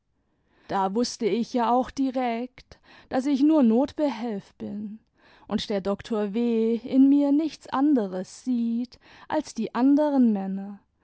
da wußte ich ja auch direkt daß ich nur notbehelf bin und der doktor w in mir nichts anderes sieht als die anderen männer